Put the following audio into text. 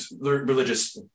religious